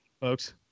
folks